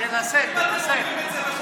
תנסה, תנסה.